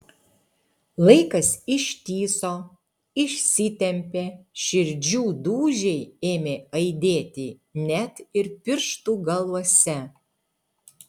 laikas ištįso išsitempė širdžių dūžiai ėmė aidėti net ir pirštų galuose